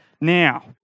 Now